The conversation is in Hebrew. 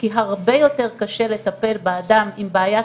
כי הרבה יותר קשה לטפל באדם עם בעיית